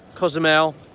cozumel,